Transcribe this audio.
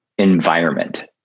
environment